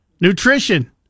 Nutrition